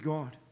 God